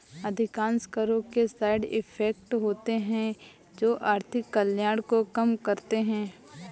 अधिकांश करों के साइड इफेक्ट होते हैं जो आर्थिक कल्याण को कम करते हैं